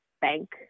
bank